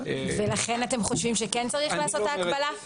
ולכן, אתם חושבים שכן צריך לעשות את ההקבלה?